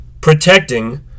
protecting